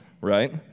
right